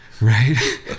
Right